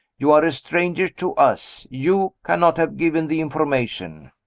you are a stranger to us you cannot have given the information?